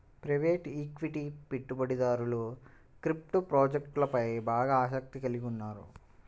private equity పెట్టుబడిదారులు crypto ప్రాజెక్ట్లపై బాగా ఆసక్తిని కలిగి ఉన్నారు